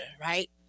right